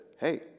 hey